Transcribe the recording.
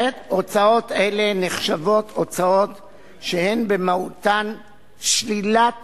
הוצאות אלה נחשבות הוצאות שהן במהותן שלילת